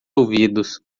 ouvidos